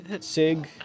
Sig